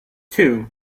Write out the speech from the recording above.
two